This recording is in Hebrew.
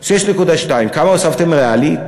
6.2. 6.2. כמה הוספתם ריאלי?